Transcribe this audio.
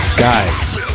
Guys